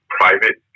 private